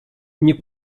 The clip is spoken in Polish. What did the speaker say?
nie